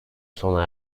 sona